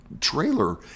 trailer